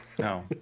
no